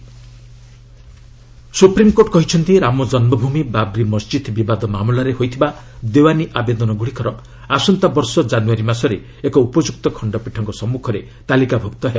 SC Ayodhya supreme court କହିଛନ୍ତି ରାମ ଜନ୍ମଭୂମି ବାବ୍ରି ମସ୍ଜିଦ୍ ବିବାଦ ମାମଲାରେ ହୋଇଥିବା ଦେୱାନୀ ଆବେଦନଗୁଡ଼ିକର ଆସନ୍ତାବର୍ଷ ଜାନୁୟାରୀ ମାସରେ ଏକ ଉପଯୁକ୍ତ ଖଣ୍ଡପୀଠଙ୍କ ସମ୍ମୁଖରେ ତାଲିକାଭୁକ୍ତ ହେବ